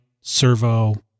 servo